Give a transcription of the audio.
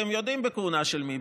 אתם יודעים בכהונה של מי,